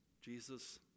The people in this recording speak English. Jesus